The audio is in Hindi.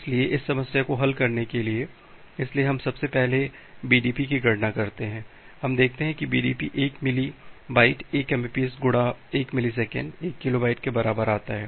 इसलिए इस समस्या को हल करने के लिए इसलिए हम सबसे पहले बीडीपी की गणना करते हैं हम देखते हैं कि बीडीपी 1 मिली बाइट 1 एमबीपीएस गुणा 1 मिलीसेकंड 1 किलोबाइट के बराबर आता है